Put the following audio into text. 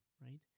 right